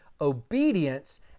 obedience